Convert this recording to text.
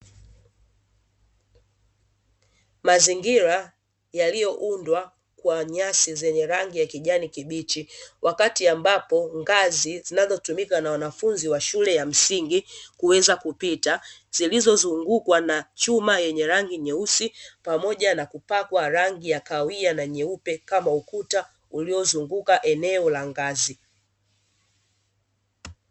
Mazingira yaliyoundwa kwa nyasi zenye rangi ya kijani kibichi wakati ambapo ngazi zinazotumika na wanafunzi wa shule ya msingi kuweza kupita zilizozungukwa na chuma yenye rangi nyeusi, pamoja na kupakwa rangi ya kawia na nyeupe kama ukuta uliozunguka eneo la ngazi.